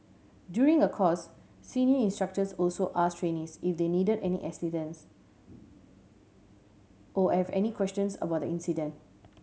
during a course senior instructors also asked trainees if they needed any assistance or have any questions about the incident